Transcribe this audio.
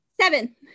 seven